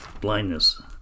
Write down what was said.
Blindness